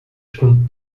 com